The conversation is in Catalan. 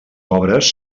obres